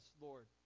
Lord